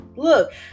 Look